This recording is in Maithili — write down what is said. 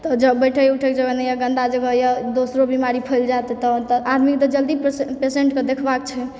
तऽ बैठै उठैके जगह नहि यऽ गन्दा जगह यऽ दोसरो बीमारी फैल जायत तऽ आदमीके जल्दी पेशंटके देखबाके छै